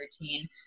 routine